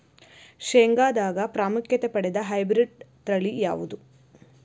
ಶೇಂಗಾದಾಗ ಪ್ರಾಮುಖ್ಯತೆ ಪಡೆದ ಹೈಬ್ರಿಡ್ ತಳಿ ಯಾವುದು?